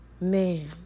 Man